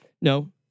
No